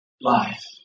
life